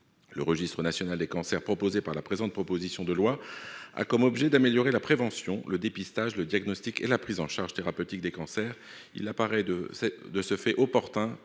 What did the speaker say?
Le registre national des cancers proposé par la présente proposition de loi a pour objet d'améliorer la prévention, le dépistage, le diagnostic et la prise en charge thérapeutique des cancers. De ce fait, il paraît opportun